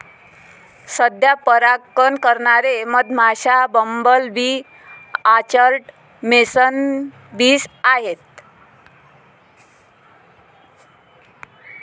सध्या परागकण करणारे मधमाश्या, bumble bee, orchard mason bees आहेत